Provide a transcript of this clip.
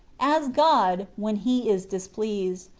as god, when he is displeased,